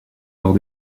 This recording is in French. lors